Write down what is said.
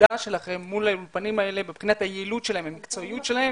עמדה שלכם מול האולפנים האלה מבחינת היעילות שלהם והמקצועיות שלהם,